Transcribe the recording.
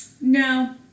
No